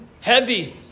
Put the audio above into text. heavy